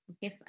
Okay